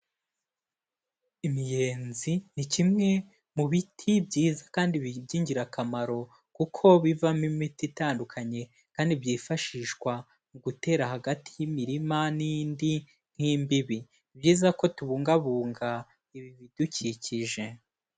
Imiyenzi ni kimwe mu biti byiza kandi byingirakamaro, kuko bivamo imiti itandukanye kandi byifashishwa mu gutera hagati y'imirima n'indi nk'imbibi, ni byiza ko tubungabunga ibi bidukikije.